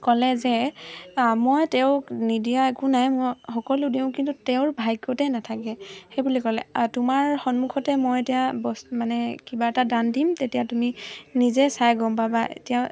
ক'লে যে মই তেওঁক নিদিয়া একো নাই মই সকলো দিওঁ কিন্তু তেওঁৰ ভাগ্যতে নাথাকে সেই বুলি ক'লে তোমাৰ সন্মুখতে মই এতিয়া বস্তু মানে কিবা এটা দান দিম তেতিয়া তুমি নিজে চাই গম পাবা এতিয়া